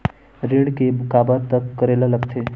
ऋण के काबर तक करेला लगथे?